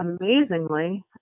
amazingly